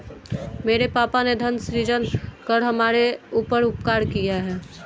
मेरे पापा ने धन सृजन कर हमारे ऊपर उपकार किया है